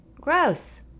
gross